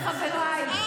הוא את וחברייך.